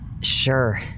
Sure